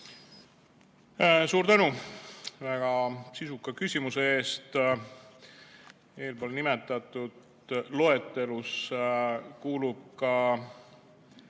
Suur tänu väga sisuka küsimuse eest! Eespool nimetatud loetelusse kuulub ka